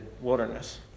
wilderness